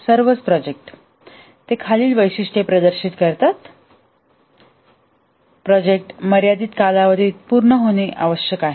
सर्वच प्रोजेक्ट ते खालील वैशिष्ट्ये प्रदर्शित करतात प्रोजेक्ट मर्यादित कालावधीत पूर्ण होणे आवश्यक आहे